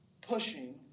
pushing